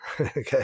Okay